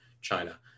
China